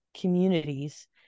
communities